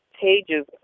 pages